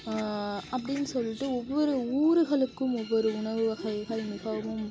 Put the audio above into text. அப்படின்னு சொல்லிட்டு ஒவ்வொரு ஊருகளுக்கும் ஒவ்வொரு உணவு வகைகள் மிகவும்